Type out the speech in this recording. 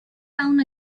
town